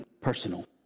personal